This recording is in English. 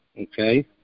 Okay